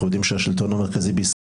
אנחנו יודעים שהשלטון המרכזי בישראל